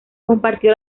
compartió